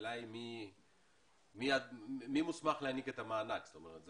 השאלה היא מי מוסמך להעניק את המענק, זה